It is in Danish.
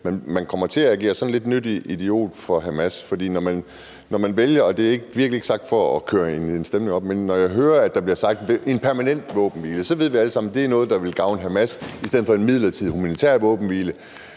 med respekt – eller agere nyttig idiot for Hamas. For når man vælger at sige, hører jeg – og det er virkelig ikke sagt for at køre en stemning op – at det skal være en permanent våbenhvile, så ved vi alle sammen, at det er noget, der vil gavne Hamas i stedet for en midlertidig humanitær våbenhvile.